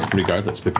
regardless, but